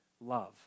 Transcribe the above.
love